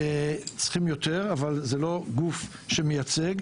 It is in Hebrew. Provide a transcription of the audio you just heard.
צריכים יותר אבל זה לא גוף שמייצג,